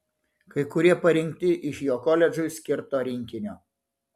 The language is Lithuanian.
kai kurie parinkti iš jo koledžui skirto rinkinio